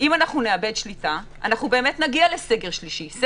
נגיע לסגר שלישי באמת,